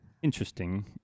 interesting